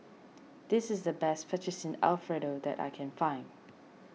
this is the best Fettuccine Alfredo that I can find